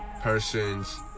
person's